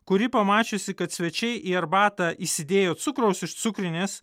kuri pamačiusi kad svečiai į arbatą įsidėjo cukraus iš cukrinės